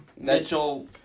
Mitchell